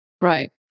Right